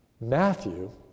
Matthew